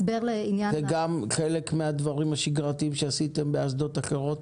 הסבר לעניין --- זה גם חלק מהדברים השגרתיים שעשיתם באסדות אחרות?